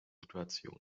situation